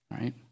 right